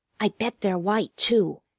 i bet they're white, too.